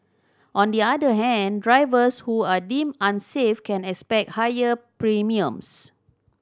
on the other hand drivers who are deemed unsafe can expect higher premiums